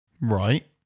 Right